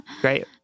Great